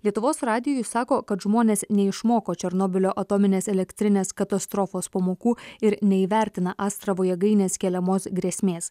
lietuvos radijui sako kad žmonės neišmoko černobylio atominės elektrinės katastrofos pamokų ir neįvertina astravo jėgainės keliamos grėsmės